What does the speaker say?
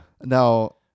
Now